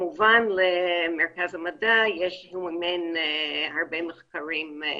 כמובן למרכז המדע יש הרבה מחקרים נוספים.